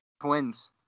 Twins